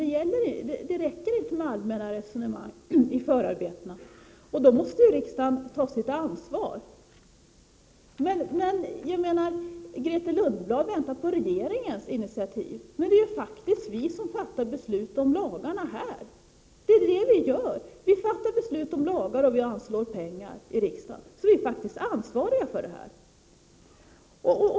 Det räcker inte med allmänna resonemang i förarbetena. Riksdagen måste ta sitt ansvar. Grethe Lundblad väntar på regeringens initiativ, men det är faktiskt vi här som fattar beslut om lagarna. Vad vi gör är att fatta beslut om lagar och anslå pengar, så vi är faktiskt ansvariga!